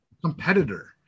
competitor